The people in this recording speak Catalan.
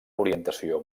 orientació